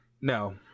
No